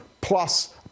plus